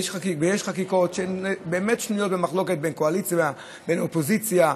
ויש חקיקות שהן באמת שנויות במחלוקת בין קואליציה ובין אופוזיציה,